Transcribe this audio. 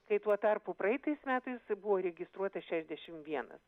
kai tuo tarpu praeitais metais buvo registruota šešiasdešim vienas